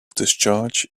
discharge